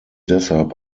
deshalb